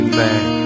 back